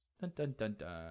dun-dun-dun-dun